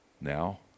now